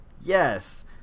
yes